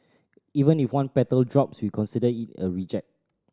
even if one petal drops we consider it a reject